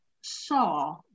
saw